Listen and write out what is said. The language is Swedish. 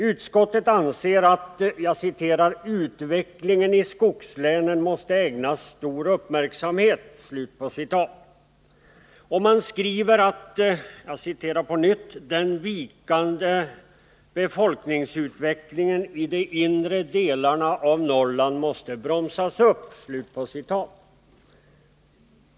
Utskottet anser att utvecklingen i skogslänen måste ”ägnas stor uppmärksamhet”. Och man skriver att ”den vikande befolkningsutvecklingen i de inre delarna av Norrland måste bromsas upp”.